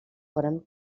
foren